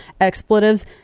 expletives